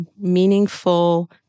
meaningful